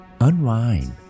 Unwind